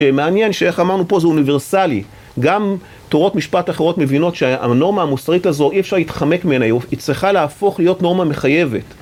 מעניין שאיך אמרנו פה, זה אוניברסלי, גם תורות משפט אחרות מבינות שהנורמה המוסרית הזו אי אפשר להתחמק ממנה, היא צריכה להפוך להיות נורמה מחייבת.